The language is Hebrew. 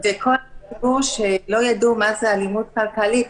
וכל הציבור יידע מהי אלימות כלכלית,